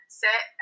sit